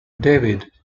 david